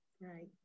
Right